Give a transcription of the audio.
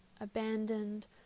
abandoned